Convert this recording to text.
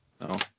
No